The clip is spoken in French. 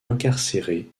incarcéré